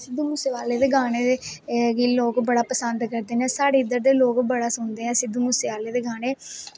सिध्दू मूसे वाले दे गाने गी लोग बड़ा पसंद करदे नै साढ़े इद्दर दे लोग बड़े सुनदे ऐं सिध्दू मूसे आह्ले दे गाने